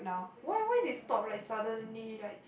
why why they stop like suddenly like